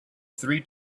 three